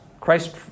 Christ